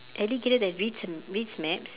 alligator that reads a reads maps